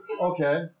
Okay